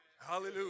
Hallelujah